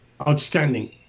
Outstanding